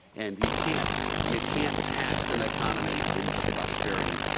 and you can't you can't tax an economy into prosperity,